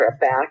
back